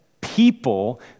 people